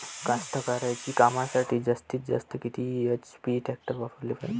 कास्तकारीच्या कामासाठी जास्तीत जास्त किती एच.पी टॅक्टर वापराले पायजे?